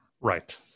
Right